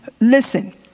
Listen